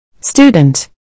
Student